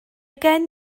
gen